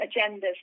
agendas